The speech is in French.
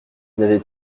n’avais